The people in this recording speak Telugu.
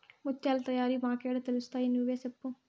ముత్యాల తయారీ మాకేడ తెలుస్తయి నువ్వే సెప్పు